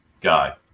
guy